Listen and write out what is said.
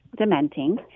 dementing